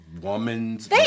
woman's